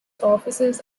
offices